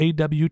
awt